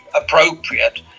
appropriate